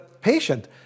patient